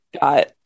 got